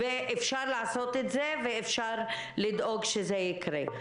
אפשר לעשות את זה ואפשר לדאוג שזה יקרה.